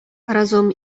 разом